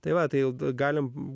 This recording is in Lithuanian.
tai va tai galime